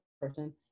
person